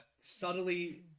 subtly